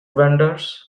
vendors